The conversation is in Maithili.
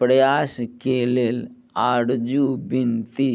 प्रयासके लेल आरजू विनती